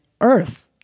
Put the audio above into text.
earth